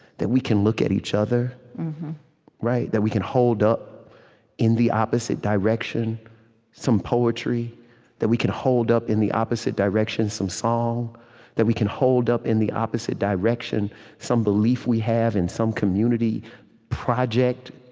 that we can look at each other that we can hold up in the opposite direction some poetry that we can hold up in the opposite direction some song that we can hold up in the opposite direction some belief we have in some community project,